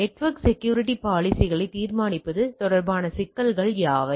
network security பாலிசிகளை தீர்மானிப்பது தொடர்பான சிக்கல்கள் யாவை